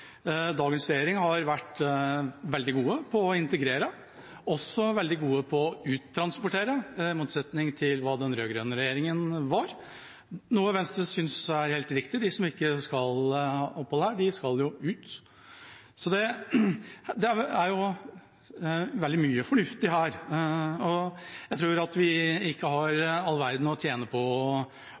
Dagens regjering har vært veldig god til å integrere og også veldig god til å uttransportere – i motsetning til hva den rød-grønne regjeringa var – noe Venstre synes er helt riktig. De som ikke skal ha opphold her, skal ut. Det er veldig mye fornuftig her, og jeg tror at vi ikke har mer å tjene på